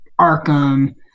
arkham